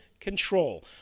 control